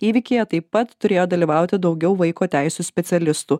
įvykyje taip pat turėjo dalyvauti daugiau vaiko teisių specialistų